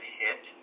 hit